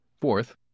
Fourth